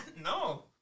No